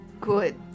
Good